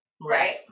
right